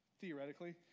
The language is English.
theoretically